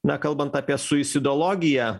na kalbant apie suicidologiją